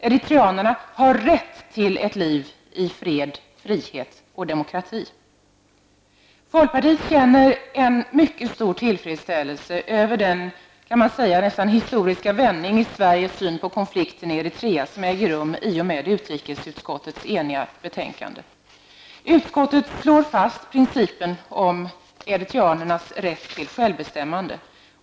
Eritreanerna har rätt till ett liv i fred, frihet och demokrati. Folkpartiet känner en mycket stor tillfredsställelse över den nästan historiska vändning i Sveriges syn på konflikten i Eritrea som äger rum i och med utrikesutskottets eniga betänkande. Utskottet slår fast principen om eritreanernas rätt till självbestämmande.